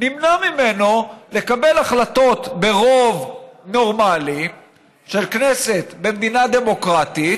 נמנע מהם לקבל החלטות ברוב נורמלי של כנסת במדינה דמוקרטית,